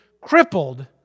crippled